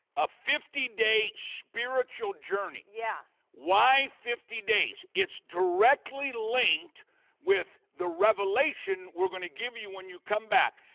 a fifty day spiritual journey. yeah. why fifty days? it's directly linked with the revelation we gonna give you when you come back.